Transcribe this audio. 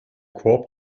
korb